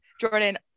Jordan